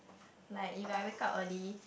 like if I wake up early